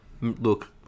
Look